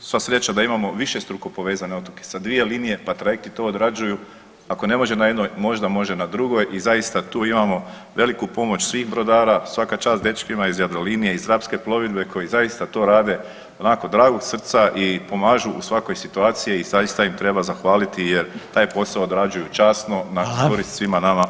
Sva sreća da imamo višestruko povezane otoke sa dvije linije, pa trajekti to odrađuju, ako ne može na jednoj možda može na drugoj i zaista tu imamo veliku pomoć svih brodara, svaka čast dečkima iz Jadrolinije i iz Rapske plovidbe koji zaista to rade onako dragog srca i pomažu u svakoj situaciji i zaista im treba zahvaliti jer taj posao odrađuju časno na korist svima nama otočanima.